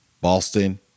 Boston